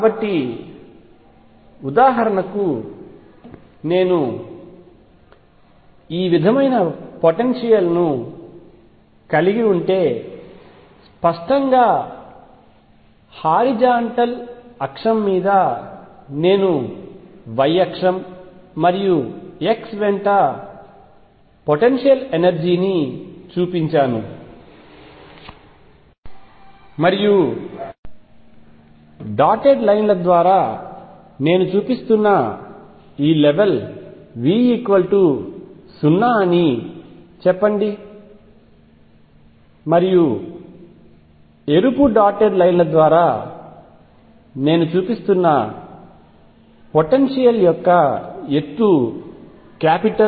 కాబట్టి ఉదాహరణకు నేను ఈ విధమైన పొటెన్షియల్ కలిగి ఉంటే స్పష్టంగాహారిజాంటల్ అక్షం మీద నేను y అక్షం మరియు x వెంట పొటెన్షియల్ ఎనర్జీ ని చూపించాను మరియు డాటెడ్ లైన్ల ద్వారా నేను చూపిస్తున్న ఈ లెవెల్ V 0 అని చెప్పండి మరియు ఎరుపు డాటెడ్ లైన్ల ద్వారా నేను చూపిస్తున్న పొటెన్షియల్యొక్క ఎత్తు V